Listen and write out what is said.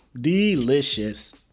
Delicious